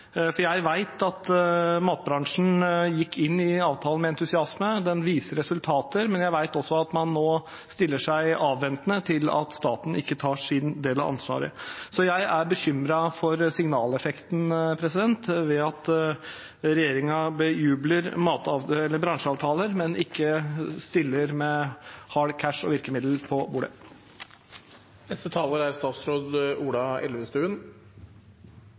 Jeg vet at matbransjen gikk inn i avtalen med entusiasme, den viser resultater, men jeg vet også at man nå stiller seg avventende til at staten ikke tar sin del av ansvaret. Så jeg er bekymret for signaleffekten ved at regjeringen bejubler bransjeavtaler, men ikke stiller med harde cash og virkemidler på bordet. Til det siste først: Selvfølgelig skal staten være en partner i en bransjeavtale, og matsentraler er